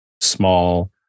small